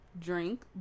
Drink